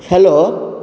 hello